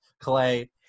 Clay